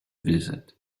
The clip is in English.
visit